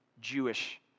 Jewish